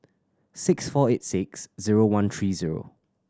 six four eight six zero one three zero